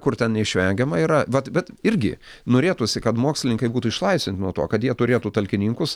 kur ten neišvengiama yra vat bet irgi norėtųsi kad mokslininkai būtų išlaisvinti nuo to kad jie turėtų talkininkus